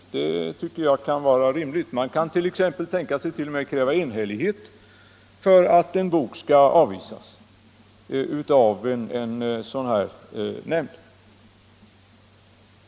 Det tycker jag kan vara rimligt. Man kan t.o.m. tänka sig att kräva enhällighet för att en bok skall avvisas av en sådan här nämnd.